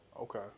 Okay